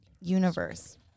Universe